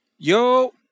Yo